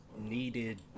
needed